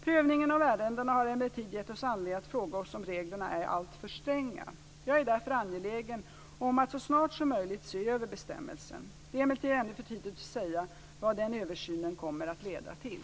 Prövningen av ärendena har emellertid gett oss anledning att fråga oss om reglerna är alltför stränga. Jag är därför angelägen om att så snart som möjligt se över bestämmelsen. Det är emellertid ännu för tidigt att säga vad den översynen kommer att leda till.